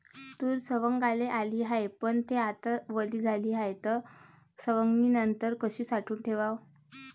तूर सवंगाले आली हाये, पन थे आता वली झाली हाये, त सवंगनीनंतर कशी साठवून ठेवाव?